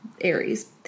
Aries